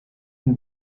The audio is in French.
une